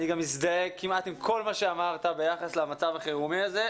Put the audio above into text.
אני גם מזדהה כמעט עם כל מה שאמרת ביחס למצב החירומי הזה,